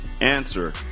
Answer